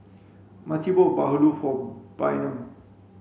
Maci bought bahulu for Bynum